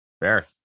Fair